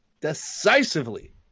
decisively –